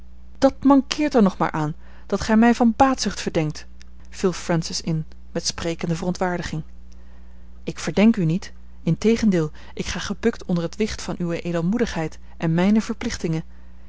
dat mankeert er nog maar aan dat gij mij van baatzucht verdenkt viel francis in met sprekende verontwaardiging ik verdenk u niet integendeel ik ga gebukt onder het wicht van uwe edelmoedigheid en